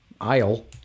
aisle